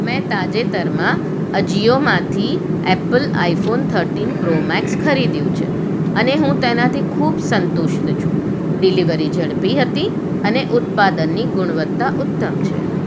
મેં તાજેતરમાં અજિયોમાંથી Apple iPhone thirteen Pro Max ખરીદ્યો છે અને હું તેનાથી ખૂબ સંતુષ્ટ છું ડિલિવરી ઝડપી હતી અને ઉત્પાદનની ગુણવત્તા ઉત્તમ છે